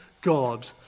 God